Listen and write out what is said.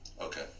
Okay